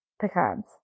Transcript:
pecans